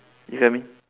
you get what I mean